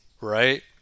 right